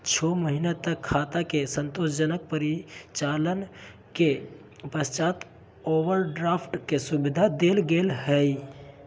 छो महीना तक खाता के संतोषजनक परिचालन के पश्चात ओवरड्राफ्ट के सुविधा देल गेलय हइ